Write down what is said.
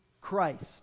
Christ